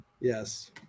yes